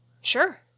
sure